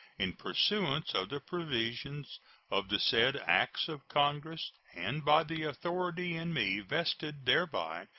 in pursuance of the provisions of the said acts of congress and by the authority in me vested thereby,